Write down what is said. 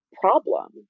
problem